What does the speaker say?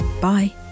Bye